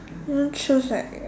want choose like